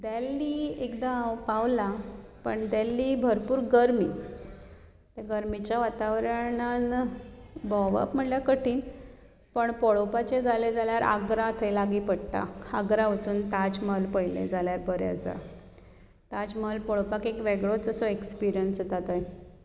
देल्ली एकदां हांव पावलां पण देल्ली भरपूर गर्मी त्या गर्मेच्या वातावरणांत भोंवप म्हळ्यार कठीण पण पळोवपाचें जालें जाल्यार आग्रा थंय लागीं पडटा आग्रा वचून ताज महाल पयलें जाल्यार बरें आसा ताज महाल पळोवपाक एक वेगळोच असो एक्सपिरियंस येता थंय